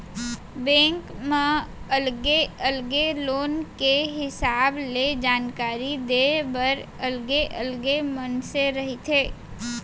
bank म अलगे अलगे लोन के हिसाब ले जानकारी देय बर अलगे अलगे मनसे रहिथे